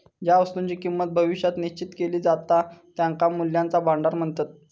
ज्या वस्तुंची किंमत भविष्यात निश्चित केली जाता त्यांका मूल्याचा भांडार म्हणतत